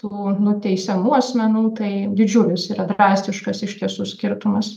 tų nuteisiamų asmenų tai didžiulis yra drastiškas iš tiesų skirtumas